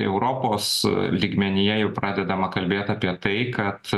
europos lygmenyje jau pradedama kalbėt apie tai kad